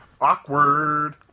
Awkward